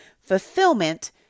fulfillment